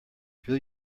fill